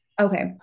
okay